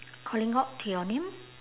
calling out to your name